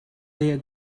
their